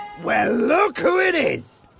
well look who it is.